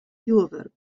fjurwurk